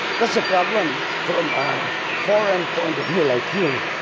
that's the problem from a foreign point of view, like you,